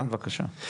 כן בבקשה.